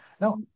now